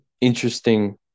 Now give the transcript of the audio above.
interesting